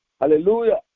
Hallelujah